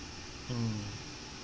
mm